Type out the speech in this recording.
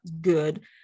good